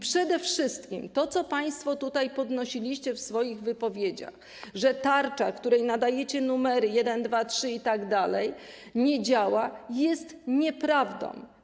Przede wszystkim to, co państwo tutaj podnosiliście w swoich wypowiedziach, że tarcze, którym nadajecie numery 1, 2, 3 itd., nie działają, jest nieprawdą.